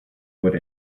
what